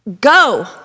Go